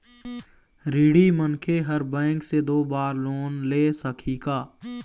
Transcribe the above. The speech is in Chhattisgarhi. ऋणी मनखे हर बैंक से दो बार लोन ले सकही का?